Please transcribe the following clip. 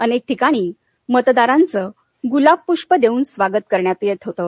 अनेक ठिकाणी मतदारांचं गुलाबप्ष्प देऊन स्वागत करण्यात येत होतं